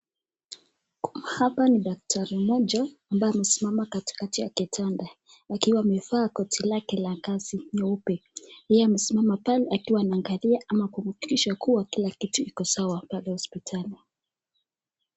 Hapa ni daktari mmoja ambaye amesimama katikati ya kitanda akiwa amevaa koti lake la kazi nyeupe yeye amesimama pale akiwa anaangalia ama kuhakikisha kila kitu iko sawa pale hospitali.